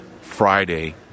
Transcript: Friday